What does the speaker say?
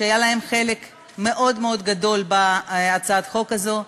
והיה להם חלק מאוד מאוד גדול בהצעת החוק הזאת,